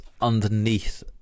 underneath